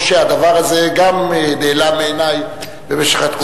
או שהדבר הזה נעלם מעיני במשך התקופה?